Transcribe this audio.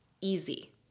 easy